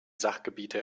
sachgebiete